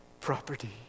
property